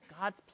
God's